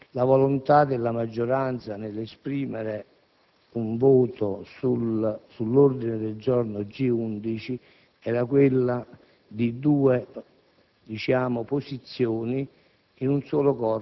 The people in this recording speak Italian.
Certo, la volontà della maggioranza nell'esprimere il voto sull'ordine del giorno G11 era quella di